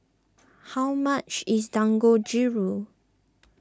how much is Dangojiru